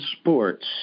Sports